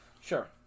Sure